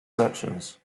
sections